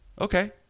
Okay